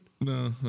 No